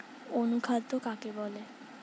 অনুখাদ্য কাকে বলে?